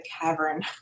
cavern